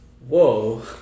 Whoa